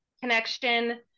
connection